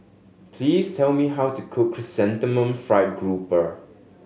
please tell me how to cook Chrysanthemum Fried Grouper